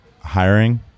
hiring